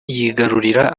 yigarurira